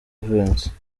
vincent